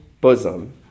bosom